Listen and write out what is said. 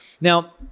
Now